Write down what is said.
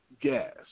gas